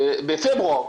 בפברואר,